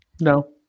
No